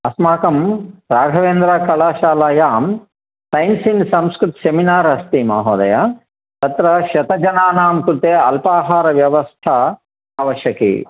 अस्माकं राघवेन्द्रकलाशालायां टैन्सिन् संस्कृत् सेमिनार् अस्ति महोदय अत्र शतजनानां कृते अल्पाहारव्यवस्था आवश्यकी